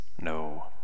no